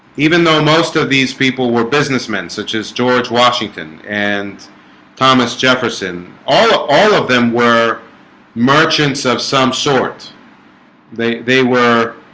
even though most of these people were businessmen such as george, washington and thomas jefferson all all of them were merchants of some sort they they were